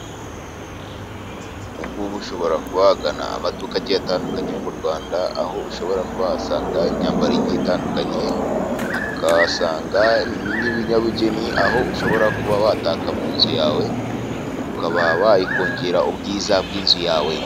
Ubungubu ushobora kuba wagana amaduka agiye atandukanye yo mu Rwanda, aho ushobora kuba wasanga imyambaro igiye itandukanye, ukahasanga n'ibinyabugeni aho ushobora kuba watakaka mu nzu yawe, ukaba wakongera ubwiza bw'inzu yawe.